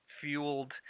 fueled